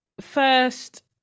first